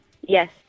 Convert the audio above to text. Yes